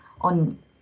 on